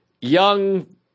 young